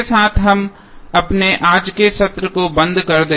इसलिए इसके साथ हम अपने आज के सत्र को बंद कर देते हैं